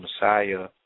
Messiah